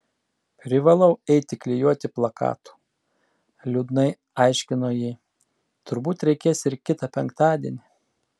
privalau eiti klijuoti plakatų liūdnai aiškino ji turbūt reikės ir kitą penktadienį